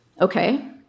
Okay